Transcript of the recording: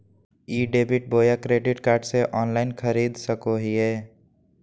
ई debit बोया credit card से online खरीद सको हिए?